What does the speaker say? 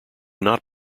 not